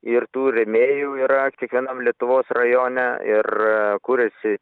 ir tų rėmėjų yra kiekvienam lietuvos rajone ir kuriasi